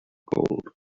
gold